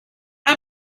how